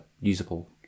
usable